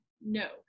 no